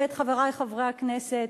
חברי חברי הכנסת,